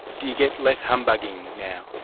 do you get less humbugging now?